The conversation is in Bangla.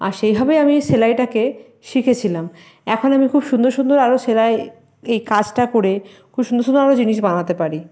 আর সেইভাবেই আমি সেলাইটাকে শিখেছিলাম এখন আমি খুব সুন্দর সুন্দর আরও সেলাই এই কাজটা করে খুব সুন্দর সুন্দর আরও জিনিস বানাতে পারি